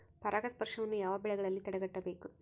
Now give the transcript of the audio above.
ಪರಾಗಸ್ಪರ್ಶವನ್ನು ಯಾವ ಬೆಳೆಗಳಲ್ಲಿ ತಡೆಗಟ್ಟಬೇಕು?